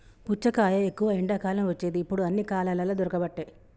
పుచ్చకాయ ఎక్కువ ఎండాకాలం వచ్చేది ఇప్పుడు అన్ని కాలాలల్ల దొరుకబట్టె